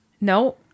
No